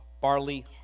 barley